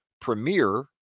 premier